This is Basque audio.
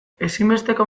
ezinbesteko